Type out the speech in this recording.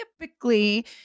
typically